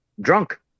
drunk